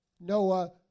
Noah